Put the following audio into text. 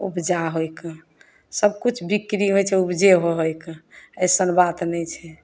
उपजा होइके सभकिछु बिकरी होइ छै उपजे होइके अइसन बात नहि छै